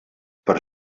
per